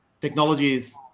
technologies